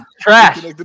trash